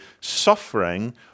suffering